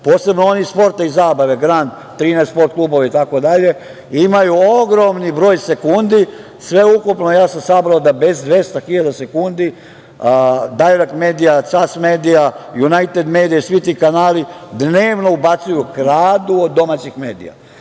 posebno oni iz sporta i zabave, Grand, 13 Sport klubova itd, imaju ogromni broj sekundi, sveukupno ja sam sabrao da bez 200.000 sekundi „Dajrekt medija“, „CAS medija“, „Junajted medija“ i svi ti kanali dnevno ubacuju, kradu od domaćih medija,